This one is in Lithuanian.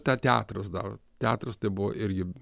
ta teatras dar teatras tai buvo irgi